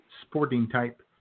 sporting-type